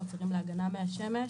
מוצרים להגנה מהשמש,